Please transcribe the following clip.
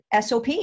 SOP